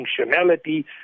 functionality